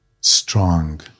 strong